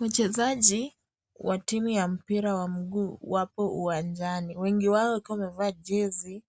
Wachezaji wa timu ya mpira wa miguu wapo uwanjani. Wengi wao wakiwa wamevaa jezi